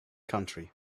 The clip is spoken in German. country